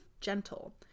gentle